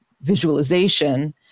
visualization